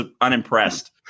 unimpressed